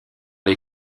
les